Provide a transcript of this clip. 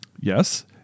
Yes